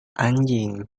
anjing